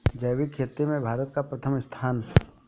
जैविक खेती में भारत का प्रथम स्थान